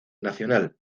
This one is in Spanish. nacional